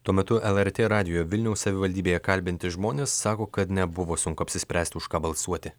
tuo metu lrt radijo vilniaus savivaldybėje kalbinti žmonės sako kad nebuvo sunku apsispręsti už ką balsuoti